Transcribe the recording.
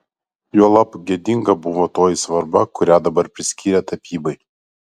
juolab gėdinga buvo toji svarba kurią dabar priskyrė tapybai